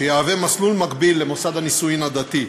שיהווה מסלול מקביל למוסד הנישואין הדתי.